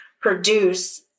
produce